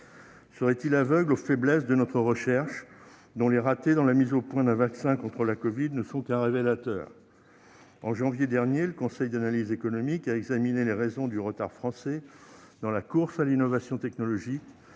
Serait-il aveugle aux faiblesses de notre recherche, dont les ratés dans la mise au point d'un vaccin contre la covid-19 ne sont qu'un révélateur ? En janvier dernier, le Conseil d'analyse économique a examiné les raisons du retard français dans la course à l'innovation technologique,